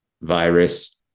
virus